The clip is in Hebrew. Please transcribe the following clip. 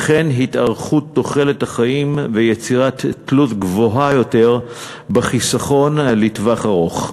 וכן התארכות תוחלת החיים ויצירת תלות גבוהה יותר בחיסכון לטווח ארוך.